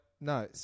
no